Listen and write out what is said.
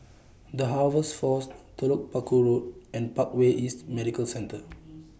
The Harvest Force Telok Paku Road and Parkway East Medical Centre